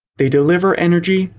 they deliver energy,